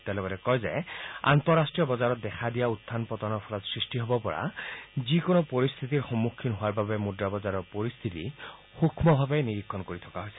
তেওঁ লগতে কয় যে আন্তঃৰাষ্টীয় বজাৰত দেখা দিয়া উখান পতনৰ ফলত সৃষ্টি হ'ব পৰা যিকোনো পৰিস্থিতিৰ সন্মুখীন হোৱাৰ বাবে মূদ্ৰা বজাৰৰ পৰিস্থিতি সুক্ষ্মভাৱে নিৰীক্ষণ কৰি থকা হৈছে